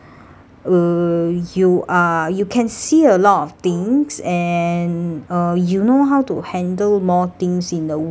uh you are you can see a lot of things and uh you know how to handle more things in the way